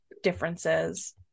differences